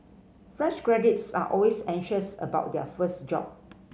fresh graduates are always anxious about their first job